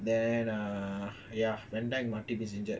then err ya vandijk matip is injured